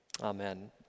Amen